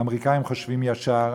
האמריקנים חושבים ישר,